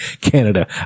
Canada